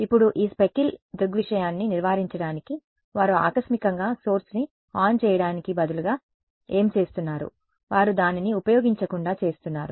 ఇప్పుడు ఆ స్పెక్కిల్ దృగ్విషయాన్ని నివారించడానికి వారు ఆకస్మికంగా సోర్స్ ని ఆన్ చేయడానికి బదులుగా ఏమి చేస్తున్నారు వారు దానిని ఉపయోగించకుండా చేస్తున్నారు